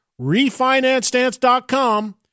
Refinancedance.com